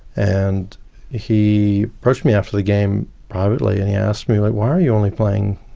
and he approached me after the game privately and he asked me, like why are you only playing